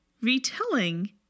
retelling